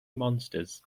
monsters